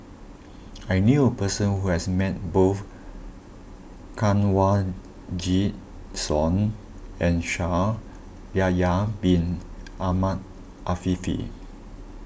I knew a person who has met both Kanwaljit Soin and Shaikh Yahya Bin Ahmed Afifi